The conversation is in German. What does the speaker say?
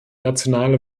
nationale